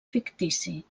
fictici